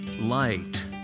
light